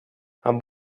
amb